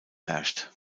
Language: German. herrscht